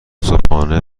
صبحانه